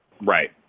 Right